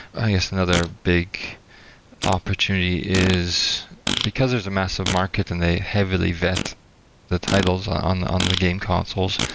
i guess, another big opportunity is because there's a massive market and they heavily vet the titles on the on the game consoles,